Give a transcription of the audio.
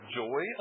joy